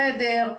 חדר,